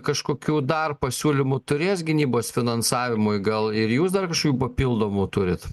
kažkokių dar pasiūlymų turės gynybos finansavimui gal ir jūs dar kažkokių papildomų turit